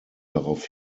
darauf